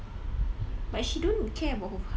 she wear heels also she won't even reach my height sia